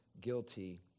guilty